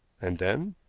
and then?